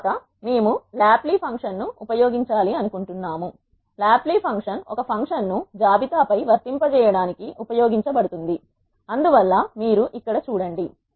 తరువాత మేము lapply function ను ఉపయోగించాలి అనుకుంటున్నాము లాప్లీ ఫంక్షన్ ఒక ఫంక్షన్ను జాబితా పై వర్తింపచేయడానికి ఉపయోగించబడుతుంది అందువల్ల మీరు ఇక్కడ చూడండి